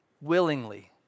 Willingly